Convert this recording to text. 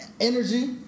energy